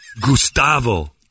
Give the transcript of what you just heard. Gustavo